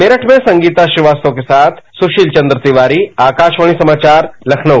मेरठ में संगीता श्रीवास्तव के साथ सुशील चन्द्र तिवारी आकाशवाणी समाचार लखनऊ